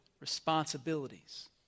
responsibilities